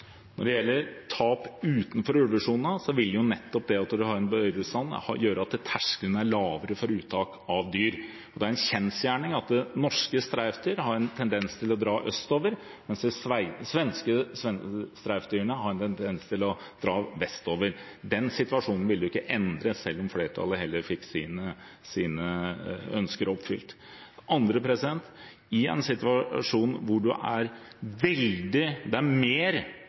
Når det gjelder tap utenfor ulvesonen, vil nettopp det at man har en større bestand, gjøre at terskelen er lavere for uttak av dyr. Det er en kjensgjerning at norske streifdyr har en tendens til å dra østover, mens de svenske streifdyrene har en tendens til å dra vestover. Den situasjonen ville man ikke endret selv om flertallet hadde fått sine ønsker oppfylt. For det andre: I en situasjon hvor det er flere byttedyr – særlig elg – i Norge enn det